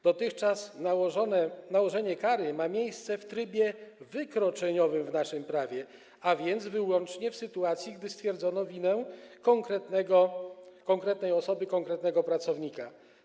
Dotychczas nałożenie kary ma miejsce w trybie wykroczeniowym w naszym prawie, a więc wyłącznie w sytuacji, gdy stwierdzono winę konkretnej osoby, konkretnego pracownika.